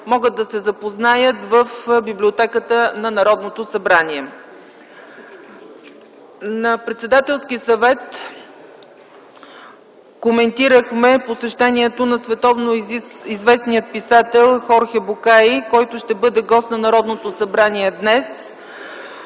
могат да се запознаят в библиотеката на Народното събрание. На Председателския съвет коментирахме посещението на световноизвестния писател Хорхе Букай, който ще бъде гост на Народното събрание днес,